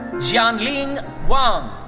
jianling wang.